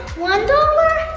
one dollar.